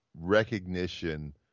recognition